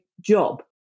job